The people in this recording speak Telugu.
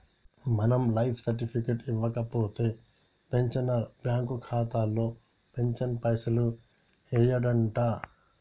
మనం లైఫ్ సర్టిఫికెట్ ఇవ్వకపోతే పెన్షనర్ బ్యాంకు ఖాతాలో పెన్షన్ పైసలు యెయ్యడంట